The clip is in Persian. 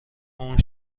اون